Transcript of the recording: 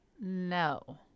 No